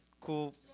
cool